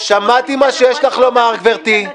שמעתי מה שיש לך לומר, גברתי.